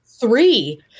Three